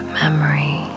memory